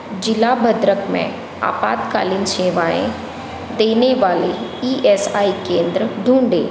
ज़िला भद्रक में आपातकालीन सेवाएं देने वाले ई एस आई केंद्र ढूँढें